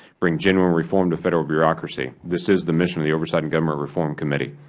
bring genuine reform to federal bureaucracy. this is the mission of the oversight and government reform committee.